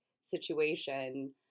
situation